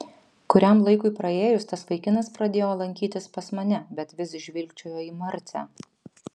kuriam laikui praėjus tas vaikinas pradėjo lankytis pas mane bet vis žvilgčiojo į marcę